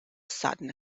sudden